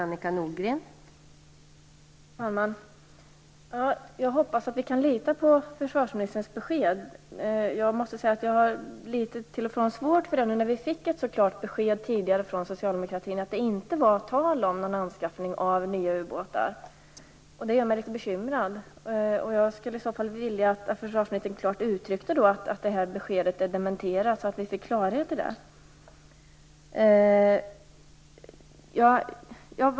Fru talman! Jag hoppas att vi kan lita på försvarsministerns besked. Jag har litet svårt för det, eftersom vi fick ett så klart besked tidigare från Socialdemokraterna att det inte var tal om någon anskaffning av nya ubåtar. Det gör mig litet bekymrad. Jag skulle vilja att försvarsministern klart uttryckte att detta besked dementeras, så att vi får klarhet i det.